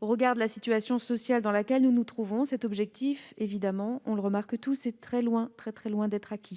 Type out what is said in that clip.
Au regard de la situation sociale dans laquelle nous nous trouvons, cet objectif est très loin d'être atteint.